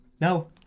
No